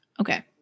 okay